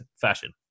fashion